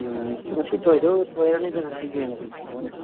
ꯎꯝ ꯉꯁꯤ ꯊꯣꯏꯗꯧ ꯊꯣꯏꯔꯅꯤꯗ ꯉꯁꯤꯒꯤ ꯑꯣꯏꯅꯗꯤ ꯃꯣꯏꯅ